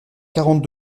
quarante